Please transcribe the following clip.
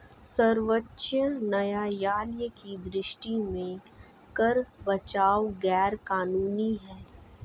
सर्वोच्च न्यायालय की दृष्टि में कर बचाव गैर कानूनी है